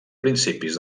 principis